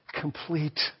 complete